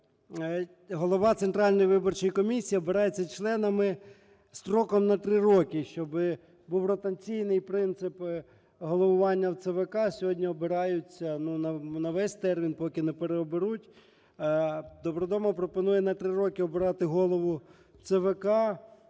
Голова Центральної виборчої комісії обирається членами строком на три роки. Щоб був пропорційний принцип головування в ЦВК, сьогодні обирається на весь термін, поки не переоберуть. Добродомов пропонує на три роки обирати Голову ЦВК.